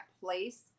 place